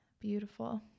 Beautiful